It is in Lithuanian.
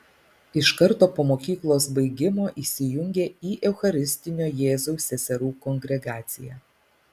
iš karto po mokyklos baigimo įsijungė į eucharistinio jėzaus seserų kongregaciją